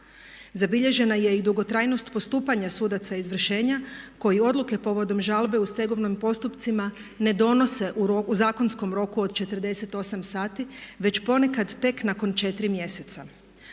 Zabilježena je i dugotrajnost postupanja sudaca izvršenja koji odluke povodom žalbe u stegovnim postupcima ne donose u zakonskom roku od 48 sati već ponekad tek nakon 4 mjeseca.